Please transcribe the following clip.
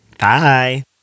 Bye